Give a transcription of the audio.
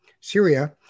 Syria